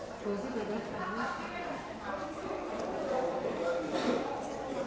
Hvala vama